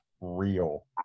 real